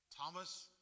Thomas